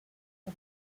for